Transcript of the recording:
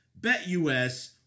BetUS